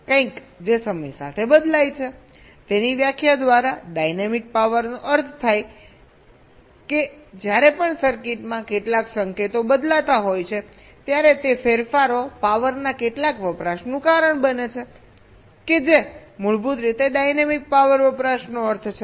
કંઈક જે સમય સાથે બદલાય છે તેની વ્યાખ્યા દ્વારા ડાયનેમિક પાવરનો અર્થ થાય છે કે જ્યારે પણ સર્કિટમાં કેટલાક સંકેતો બદલાતા હોય છે ત્યારે તે ફેરફારો પાવરના કેટલાક વપરાશનું કારણ બને છે જે મૂળભૂત રીતે ડાયનેમિક પાવર વપરાશનો અર્થ છે